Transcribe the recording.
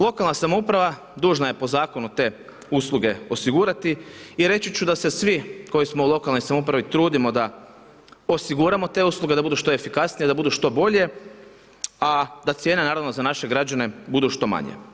Lokalna samouprava dužna je po zakonu te usluge osigurati i reći ću da se svi koji smo u lokalnoj samoupravi trudimo da osiguramo te usluge, da budu što efikasnije, da budu što bolje, a da cijene naravno za naše građane budu što manje.